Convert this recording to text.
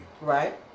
Right